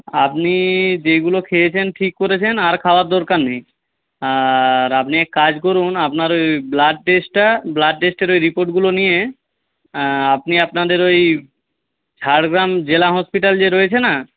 আপনি যেগুলো খেয়েছেন ঠিক করেছেন আর খাওয়ার দরকার নেই আর আপনি এক কাজ করুন আপনার ওই ব্লাড টেস্টটা ব্লাড টেস্টের ওই রিপোর্টগুলো নিয়ে আপনি আপনাদের ওই ঝাড়গ্রাম জেলা হসপিটাল যে রয়েছে না